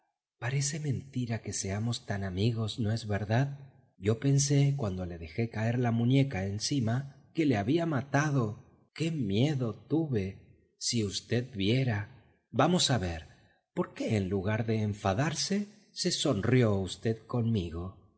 parece mentira que seamos tan amigos no es verdad yo pensé cuando le dejé caer la muñeca encima que le había matado qué miedo tuve si v viera vamos a ver por qué en lugar de enfadarse se sonrió v conmigo